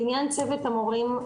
לעניין צוות המורים,